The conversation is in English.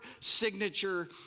signature